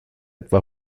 etwa